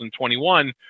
2021